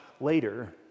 later